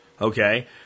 okay